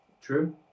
True